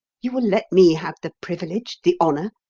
you will let me have the privilege, the honour?